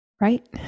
Right